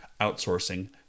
outsourcing